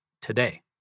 today